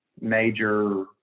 major